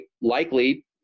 likely